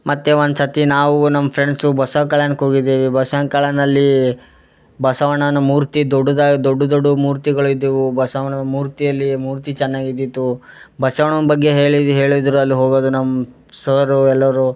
ಮತ್ತು ಒಂದು ಸರ್ತಿ ನಾವು ನಮ್ಮ ಫ್ರೆಂಡ್ಸು ಬಸವ ಕಲ್ಯಾಣಕ್ಕೆ ಹೋಗಿದ್ದೇವೆ ಬಸವ ಕಲ್ಯಾಣನಲ್ಲಿ ಬಸವಣ್ಣನ ಮೂರ್ತಿ ದೊಡ್ದಾದ ದೊಡ್ಡ ದೊಡ್ಡ ಮೂರ್ತಿಗಳಿದ್ದವು ಬಸವಣ್ಣ ಮೂರ್ತಿಯಲ್ಲಿ ಮೂರ್ತಿ ಚೆನ್ನಾಗಿದ್ದಿತ್ತು ಬಸವಣ್ಣನ ಬಗ್ಗೆ ಹೇಳಿದ್ದರು ಅಲ್ಲಿ ಹೋಗೋದು ನಮ್ಮ ಸರ್ರು ಎಲ್ಲರೂ